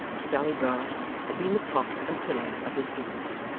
miss sally brass had been the prop and pillar of his business.